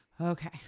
Okay